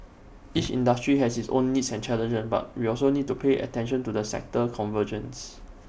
each industry has its own needs and challenges but we also need to pay attention to the sector convergence